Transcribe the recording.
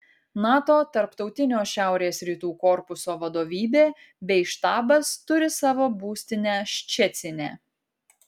nato tarptautinio šiaurės rytų korpuso vadovybė bei štabas turi savo būstinę ščecine